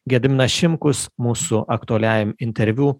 gediminas šimkus mūsų aktualiajam interviu